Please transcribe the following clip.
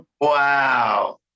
Wow